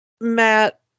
Matt